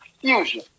Fusion